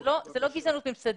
זה לא גזענות ממסדית,